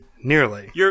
Nearly